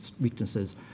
weaknesses